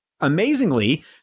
amazingly